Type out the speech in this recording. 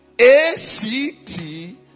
A-C-T